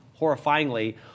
horrifyingly